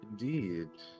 Indeed